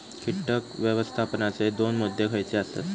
कीटक व्यवस्थापनाचे दोन मुद्दे खयचे आसत?